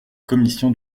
commission